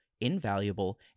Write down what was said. invaluable